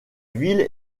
ville